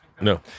no